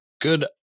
good